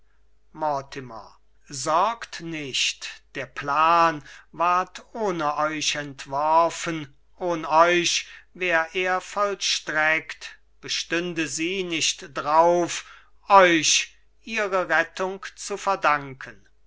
sorgt nicht der plan ward ohne euch entworfen ohn euch wär er vollstreckt bestünde sie nicht drauf euch ihre rettung zu verdanken